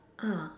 uh